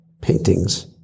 paintings